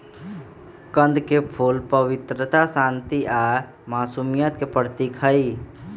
कंद के फूल पवित्रता, शांति आ मासुमियत के प्रतीक हई